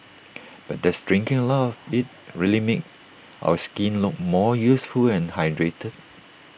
but does drinking A lot of IT really make our skin look more youthful and hydrated